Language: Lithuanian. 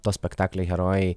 to spektaklio herojai